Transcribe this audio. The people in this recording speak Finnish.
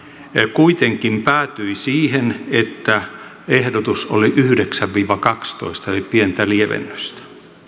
kuitenkin päätyi siihen että ehdotus on yhdeksän viiva kaksitoista eli tuli pientä lievennystä